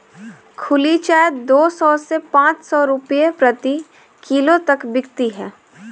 खुली चाय दो सौ से पांच सौ रूपये प्रति किलो तक बिकती है